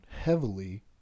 heavily